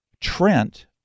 Trent